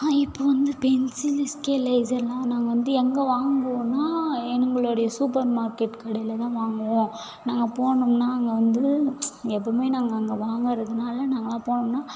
இப்போ வந்து pencil scale எரேசர்லாம் நாங்கள் வந்து எங்கே வாங்குவோம்னா எங்களுடைய சூப்பர் மார்க்கெட் கடையில் தான் வாங்குவோம் நாங்கள் போனோம்னா அங்கே வந்து எப்பவும் நாங்கள் அங்கே வாங்குறதுனால நாங்கள்லாம் போனோம்னா